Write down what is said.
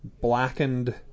Blackened